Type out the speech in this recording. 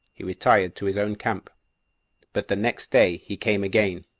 he retired to his own camp but the next day he came again,